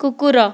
କୁକୁର